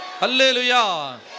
Hallelujah